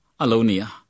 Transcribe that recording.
alonia